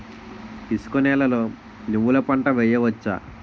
ఇసుక నేలలో నువ్వుల పంట వేయవచ్చా?